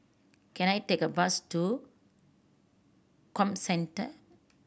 can I take a bus to Comcentre